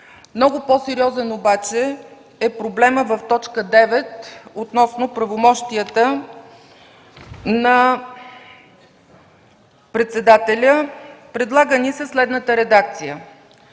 Много по-сериозен е обаче проблемът в т. 9 относно правомощията на председателя. Предлага ни се следната редакция: